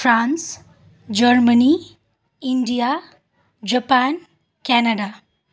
France Germany India Japan Canada